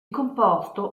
composto